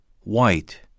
white